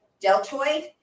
deltoid